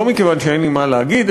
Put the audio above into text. לא מכיוון שאין לי מה להגיד,